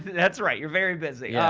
that's right, you're very busy. yeah